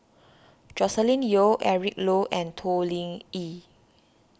Joscelin Yeo Eric Low and Toh Lingyi